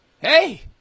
hey